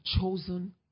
chosen